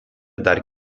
dar